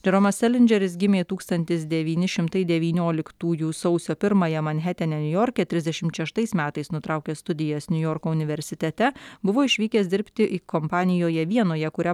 džeromas selindžeris gimė tūkstantis devyni šimtai devynioliktųjų sausio pirmąją manhetene niujorke trisdešimt šeštais metais nutraukė studijas niujorko universitete buvo išvykęs dirbti į kompanijoje vienoje kurią